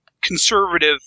conservative